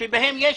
שבהם יש